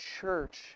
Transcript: church